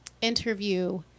interview